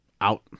out